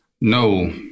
no